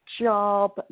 job